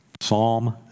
Psalm